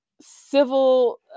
civil